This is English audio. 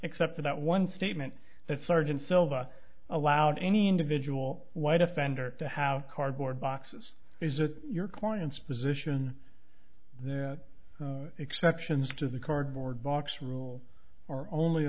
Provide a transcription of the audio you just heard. except for that one statement that sergeant silva allowed any individual white offender to have cardboard boxes is it your client's position the exceptions to the cardboard box rule are only